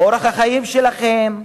אורח החיים שלכם,